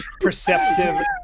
perceptive